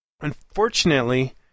Unfortunately